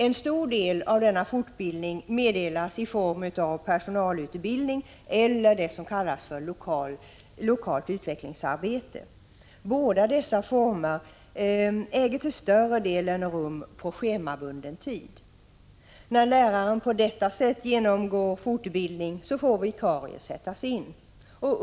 Största delen av denna fortbildning meddelas i form av personalutbildning eller det som kallas lokalt utvecklingsarbete. I båda dessa fall äger verksamheten rum på schemabunden tid. När lärare på detta sett genomgår fortbildning får vikarie sättas in.